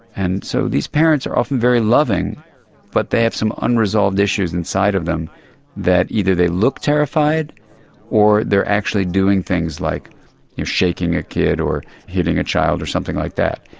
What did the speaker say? and so these parents are often very loving but they have some unresolved issues inside of them that either they look terrified or they are actually doing things like shaking a kid or hitting a child or something like that.